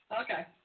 Okay